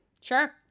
Sure